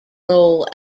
role